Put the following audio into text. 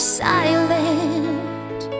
silent